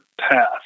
path